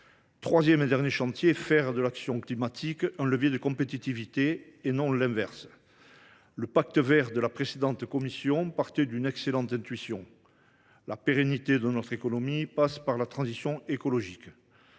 troisième chantier consiste à faire de l’action climatique un levier de compétitivité, et non l’inverse. Le Pacte vert de la précédente Commission partait d’une excellente intuition : la pérennité de notre économie passe par la transition écologique,